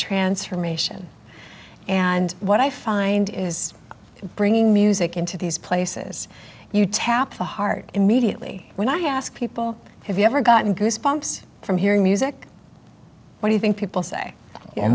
transformation and what i find is bringing music into these places you tap the heart immediately when i ask people have you ever gotten goosebumps from hearing music what do you think people say